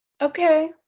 Okay